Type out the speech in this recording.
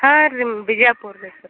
ಹಾಂ ರಿಮ್ ಬಿಜಾಪುರ ರೀ